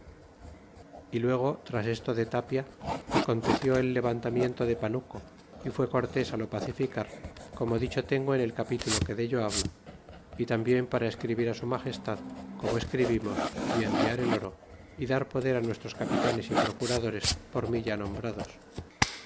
y luego tras esto de tapia aconteció el levantamiento de panuco y fue cortés á lo pacificar como dicho tengo en el capitulo que dellohabla y arable para escribir ó su magestad como escribimos y enviar el oro y dar poder á nuestros capitanes y procuradores por mi ya nombrados